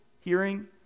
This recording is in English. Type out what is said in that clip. hearing